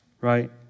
right